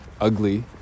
ugly